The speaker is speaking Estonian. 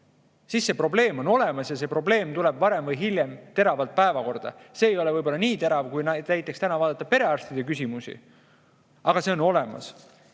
on see probleem ometigi olemas ja see probleem tuleb varem või hiljem teravalt päevakorda. See ei ole võib-olla nii terav, kui täna näiteks perearstide küsimus, aga see on olemas. Nüüd